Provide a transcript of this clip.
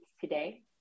today